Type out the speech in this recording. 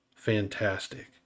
fantastic